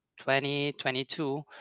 2022